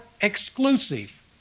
exclusive